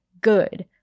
good